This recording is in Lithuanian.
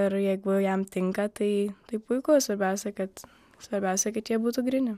ir jeigu jam tinka tai tai puiku svarbiausia kad svarbiausia kad jie būtų gryni